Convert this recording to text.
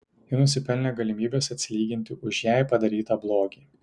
ji nusipelnė galimybės atsilyginti už jai padarytą blogį